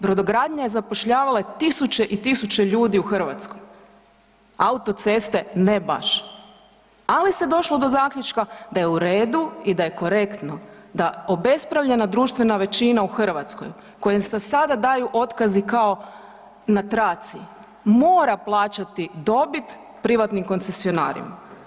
Brodogradnja je zapošljavala tisuće i tisuće ljudi u Hrvatskoj, autoceste ne baš, ali se došlo do zaključka da je u redu i da je korektno da obespravljena društvena većina u Hrvatskoj kojem se daju otkazi kao na traci mora plaćati dobit privatnim koncesionarima.